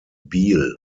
biel